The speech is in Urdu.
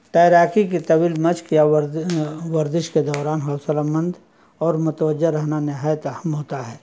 تیراکی کی طویل مشق یا ور ورزش کے دوران حوصلہ مند اور متوجہ رہنا نہایت اہم ہوتا ہے